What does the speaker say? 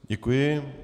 Děkuji.